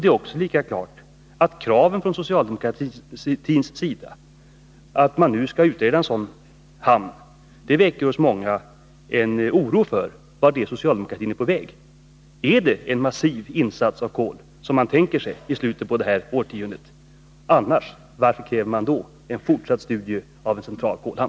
Det är lika klart att socialdemokraternas krav på att frågan om en sådan hamn nu skall utredas hos många väcker en oro för vart socialdemokratin är på väg. Är det en massiv insats av kol i slutet av det här årtiondet som socialdemokratin tänker sig? Om inte — varför kräver man då ett fortsatt studium av frågan om en central kolhamn?